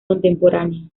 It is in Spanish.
contemporánea